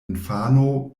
infano